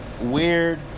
weird